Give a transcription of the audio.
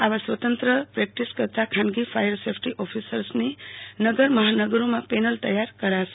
આવા સ્વતંત્ર પ્રેક્ટીસ કરતા ખાનગી ફાયર સેફટી ઓફિસરની નગર મહાનગરોમાં પેનલ તૈયાર કરાશે